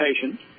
patient